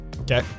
Okay